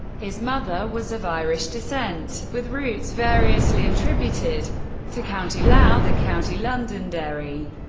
his mother was of irish descent, with roots variously attributed to county louth or county londonderry.